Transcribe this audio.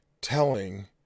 telling